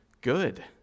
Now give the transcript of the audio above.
good